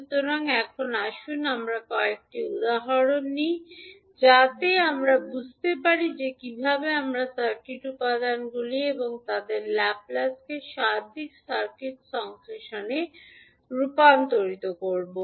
সুতরাং এখন আসুন আমরা কয়েকটি উদাহরণ নিই যাতে আমরা বুঝতে পারি যে কীভাবে আমরা সার্কিট উপাদানগুলি এবং তাদের ল্যাপ্লেসকে সার্বিক সার্কিট বিশ্লেষণে রূপান্তর করব